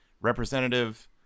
representative